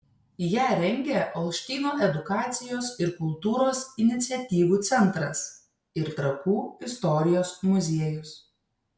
ją rengia olštyno edukacijos ir kultūros iniciatyvų centras ir trakų istorijos muziejus